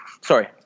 Sorry